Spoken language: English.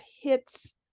hits